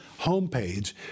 homepage